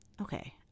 Okay